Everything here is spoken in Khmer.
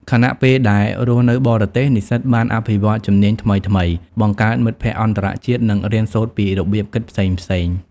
ខណៈពេលដែលរស់នៅបរទេស និស្សិតបានអភិវឌ្ឍជំនាញថ្មីៗ បង្កើតមិត្តភក្តិអន្តរជាតិ និងរៀនសូត្រពីរបៀបគិតផ្សេងៗ។